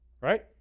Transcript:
right